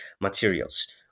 materials